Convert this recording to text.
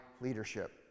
leadership